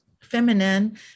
feminine